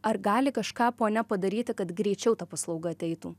ar gali kažką ponia padaryti kad greičiau ta paslauga ateitų